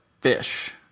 fish